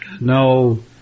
no